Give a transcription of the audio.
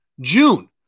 June